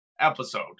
episode